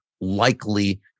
likely